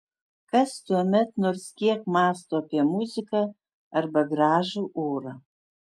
kas tuomet nors kiek mąsto apie muziką arba gražų orą